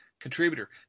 contributor